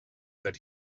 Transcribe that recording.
that